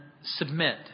submit